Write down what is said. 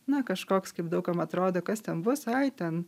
na kažkoks kaip daug kam atrodo aks ten bus ai ten